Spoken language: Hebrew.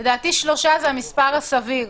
לדעתי, שלושה ימים זה המספר הסביר.